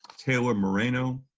taylor moreno?